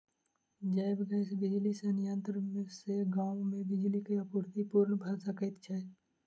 जैव गैस बिजली संयंत्र सॅ गाम मे बिजली के आपूर्ति पूर्ण भ सकैत छै